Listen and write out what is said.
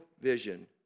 vision